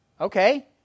Okay